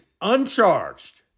uncharged